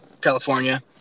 California